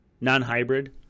non-hybrid